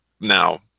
now